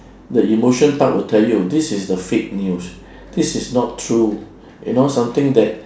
the emotion part will tell you this is the fake news this is not true you know something that